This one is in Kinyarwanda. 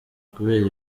kubera